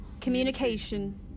Communication